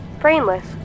Brainless